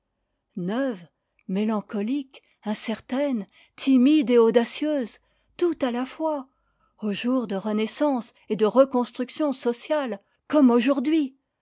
neuve mélancolique incertaine timide et audacieuse tout à la fois aux jours de renaissance et de reconstruction sociale comme aujourd'hui